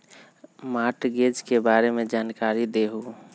Mortgage के बारे में जानकारी देहु?